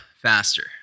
faster